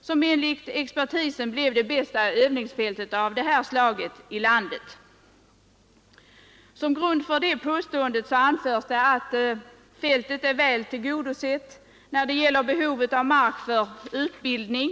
som enligt expertisen har blivit det bästa övningsfältet av det här slaget i landet. Som grund för det påståendet anförs att fältet väl tillgodoser behovet av mark för utbildning.